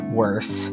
worse